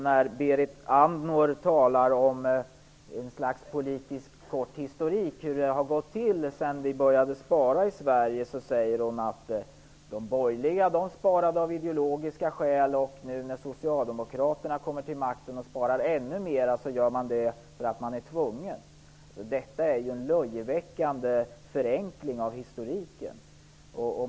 När Berit Andnor ger en kort politisk historik över hur det har gått till sedan vi började spara i Sverige, säger hon att de borgerliga sparade av ideologiska skäl men att Socialdemokraterna, när de nu har kommit till makten och sparar ännu mer, gör det för att de är tvungna. Detta är ju en löjeväckande förenkling av historiken.